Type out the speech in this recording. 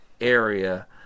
area